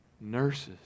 nurses